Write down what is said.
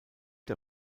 der